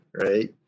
right